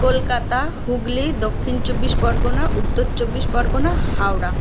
Kolkata Hooghly Dakshin Chabbish Pargana Uttar Chabbish Pargana Howrah